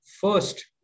First